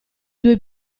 due